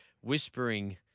Whispering